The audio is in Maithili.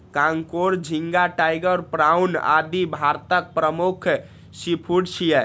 कांकोर, झींगा, टाइगर प्राउन, आदि भारतक प्रमुख सीफूड छियै